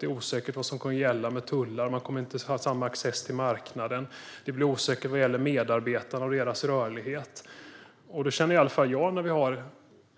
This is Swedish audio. Det är osäkert vad som kommer att gälla med tullar, och man kommer inte att ha samma access till marknaden. Det blir osäkert vad gäller medarbetare och deras rörlighet. Eftersom Sverige